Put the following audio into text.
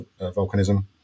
volcanism